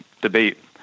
debate